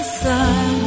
sun